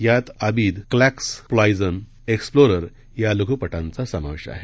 यात आबिद क्लस्सिप्लॉयजन एक्सप्लोरर या लघुपटांचा समावेश आहे